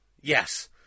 Yes